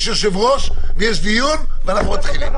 יש יושב-ראש בדיון ואנחנו מתחילים.